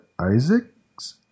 Isaacs